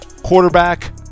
quarterback